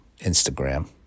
Instagram